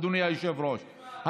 אדוני היושב-ראש,